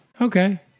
Okay